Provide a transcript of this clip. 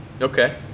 Okay